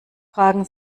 fragen